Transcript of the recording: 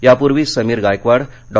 यापूर्वी समीर गायकवाड डॉ